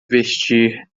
vestir